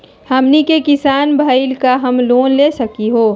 हमनी के किसान भईल, का हम लोन ले सकली हो?